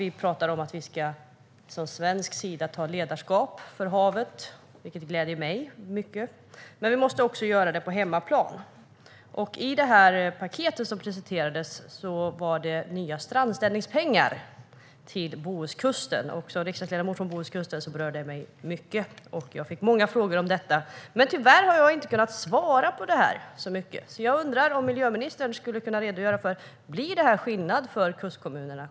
Vi pratar om att vi från svensk sida ska ta ledarskapet för havet, vilket gläder mig mycket, men vi måste också göra det på hemmaplan. I det paket som presenterades finns nya strandstädningspengar till Bohuskusten. Som riksdagsledamot från Bohuskusten berörde detta mig mycket. Jag har fått många frågor om det här, men tyvärr har jag inte kunnat svara så mycket. Jag undrar om miljöministern kan redogöra för om det blir någon skillnad för kustkommunerna.